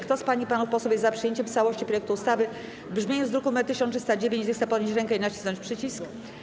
Kto z pań i panów posłów jest za przyjęciem w całości projektu ustawy w brzmieniu z druku nr 1309, zechce podnieść rękę i nacisnąć przycisk.